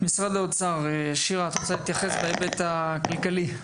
משרד אוצר, שירה, את רוצה להתייחס להיבט הכלכלי?